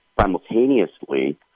Simultaneously